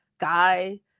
guy